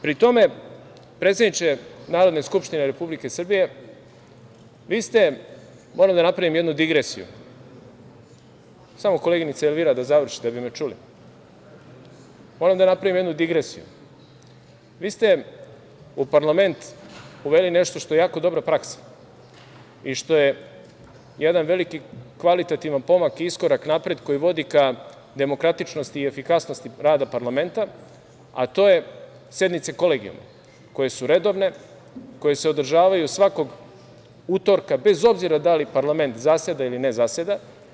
Pri tome, predsedniče Narodne skupštine Republike Srbije, vi ste, moram da napravim jednu digresiju, vi ste u parlament uveli nešto što je jako dobra praksa i što je jedan veliki kvalitativan pomak i iskorak napred koji vodi ka demokratičnosti i efikasnosti rada parlamenta, a to je sednice Kolegijuma, koje su redovne, koje se održavaju svakog utorka, bez obzira da li parlament zaseda ili ne zaseda.